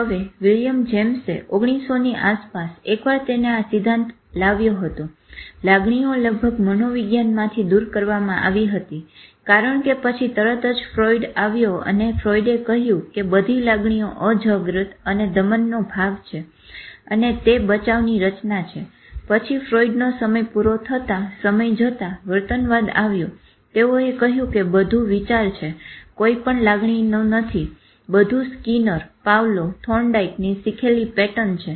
હવે વિલિયમ જેમ્સએ 1900 ની આસપાસ એકવાર તેને આ સિદ્ધાંત લાવ્યો હતો લાગણીઓ લગભગ મનોવિજ્ઞાનમાંથી દુર કરવામાં આવી હતી કારણ કે પછી તરત જ ફ્રોઇડ આવ્યો અને ફ્રોઈડએ કહ્યું કે બધી લાગણીઓ અજાગ્રત અને દમનનો ભાગ છે અને તે તમામ બચાવની રચના છે પછી ફ્રોઈડનો સમય પૂરો થતા સમય જતા વર્તનવાદ આવ્યો તેઓએ કહ્યું કે બધું વિચાર અને કોઇપણ લાગણી નથી બધું સ્કીનર પાવલોવ અને થોર્નડાઈકની શીખેલી પેટર્ન છે